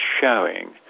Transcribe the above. showing